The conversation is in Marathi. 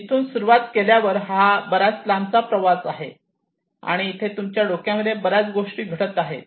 इथून सुरुवात केल्यानंतर हा बराच लांबचा प्रवास आहे आणि इथे तुमच्या डोक्यामध्ये बऱ्याच गोष्टी घडत आहे